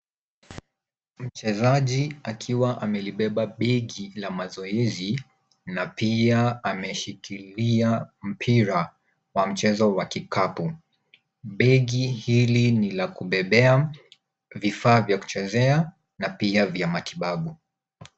Mchezaji akiwa amelibeba begi la mazoezi na pia ameshikilia mpira wa mchezo wa kikapu. Begi hili ni la kubebea vifaa vya kuchezea na pia vya matibabu.